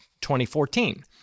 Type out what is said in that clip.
2014